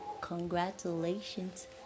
congratulations